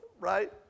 right